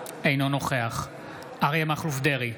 אינו נוכח אריה מכלוף דרעי,